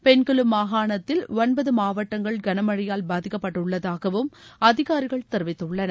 Bengkulu மாகாணத்தில் ஒன்பது மாவட்டங்கள் கனமழையால் பாதிக்கப்பட்டுள்ளதாகவும் அதிகாரிகள் தெரிவித்துள்ளனர்